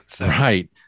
Right